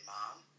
mom